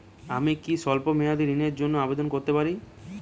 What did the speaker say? আমি কি স্বল্প মেয়াদি ঋণের জন্যে আবেদন করতে পারি?